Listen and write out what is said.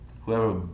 Whoever